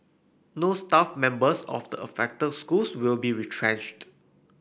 no staff members of the affected schools will be retrenched